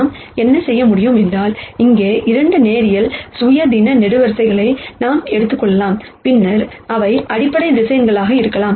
நாம் என்ன செய்ய முடியும் என்றால் இங்கே 2 லீனியர் இண்டிபெண்டெண்ட் காலம்கள் நாம் எடுக்கலாம் பின்னர் அவை அடிப்படை வெக்டர்ஸ் இருக்கலாம்